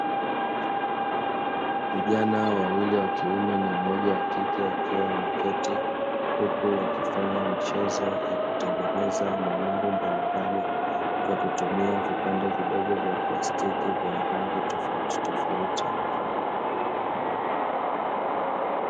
Vijana wawili wa kiume na mmoja wa kike wakiwa wameketi, huku wakifanya mchezo wa kutengeneza maumbo mbalimbali kwa kutumia vipande vidogo vya plastiki vyenye rangi tofautitofauti.